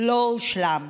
לא הושלם,